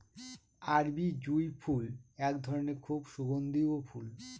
আরবি জুঁই ফুল এক ধরনের খুব সুগন্ধিও ফুল